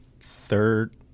third